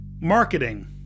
Marketing